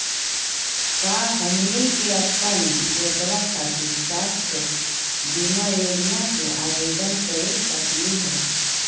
का हमनी के अपन बेटवा खातिर स्वास्थ्य बीमा योजना के आवेदन करे सकली हे?